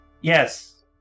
Yes